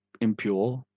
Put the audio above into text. impure